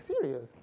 serious